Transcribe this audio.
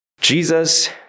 Jesus